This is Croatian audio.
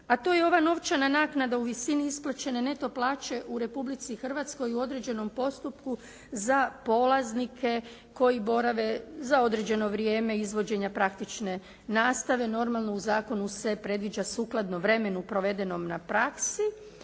a to je ova novčana naknada u visini isplaćene neto plaće u Republici Hrvatskoj u određenom postupku za polaznike koji borave za određeno vrijeme izvođenja praktične nastave. Normalno u zakonu se predviđa sukladno vremenu provedenom na praksi